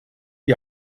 die